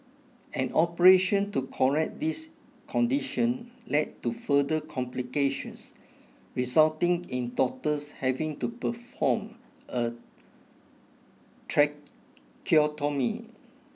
an operation to correct this condition led to further complications resulting in doctors having to perform a tracheotomy